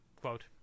quote